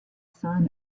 son